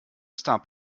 stop